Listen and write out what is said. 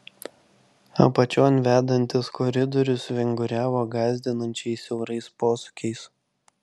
apačion vedantis koridorius vinguriavo gąsdinančiai siaurais posūkiais